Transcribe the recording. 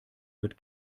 wird